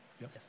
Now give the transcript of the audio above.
Yes